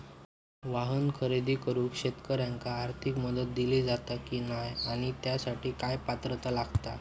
वाहन खरेदी करूक शेतकऱ्यांका आर्थिक मदत दिली जाता की नाय आणि त्यासाठी काय पात्रता लागता?